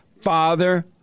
father